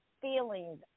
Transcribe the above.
feelings